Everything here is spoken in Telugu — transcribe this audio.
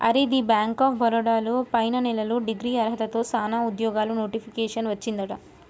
అరే ది బ్యాంక్ ఆఫ్ బరోడా లో పైన నెలలో డిగ్రీ అర్హతతో సానా ఉద్యోగాలు నోటిఫికేషన్ వచ్చిందట